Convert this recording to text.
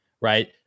right